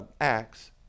acts